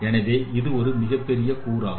எனவே இது ஒரு மிகப்பெரிய கூறாகும்